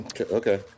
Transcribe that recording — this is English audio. Okay